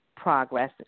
progress